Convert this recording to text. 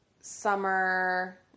summer